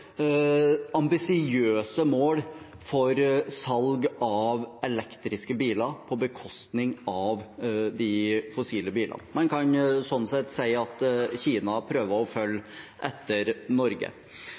ambisiøse mål for salg av elektriske biler på bekostning av de fossile bilene. Man kan slik sett si at Kina prøver å